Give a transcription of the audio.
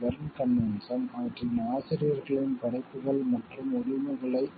Berne Convention அவற்றின் ஆசிரியர்களின் படைப்புகள் மற்றும் உரிமைகளைப்